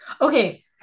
okay